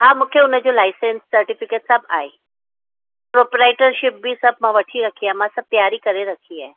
हा मूंखे हुन जो लाइसन्स सर्टिफ़िकेट सभु आहे प्रोपराइटरशिप बि सभु मां वठी रखी मां सभु तयारी करे रखी आहे